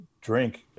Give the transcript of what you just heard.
drink